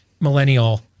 millennial